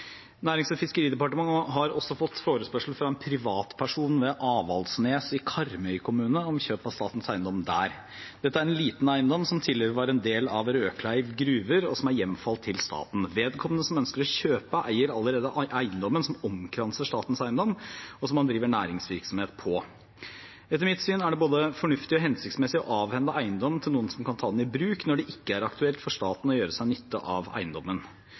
Nærings- og fiskeridepartementet har også fått forespørsel fra en privatperson ved Avaldsnes i Karmøy kommune om kjøp av statens eiendom der. Dette er en liten eiendom som tidligere var en del av Rødkleiv gruve, og som er hjemfalt til staten. Vedkommende som ønsker å kjøpe, eier allerede eiendommen som omkranser statens eiendom, og som han driver næringsvirksomhet på. Etter mitt syn er det både fornuftig og hensiktsmessig å avhende eiendom til noen som kan ta den i bruk, når det ikke er aktuelt for staten å gjøre seg nytte av eiendommen.